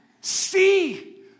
see